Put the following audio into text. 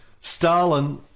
Stalin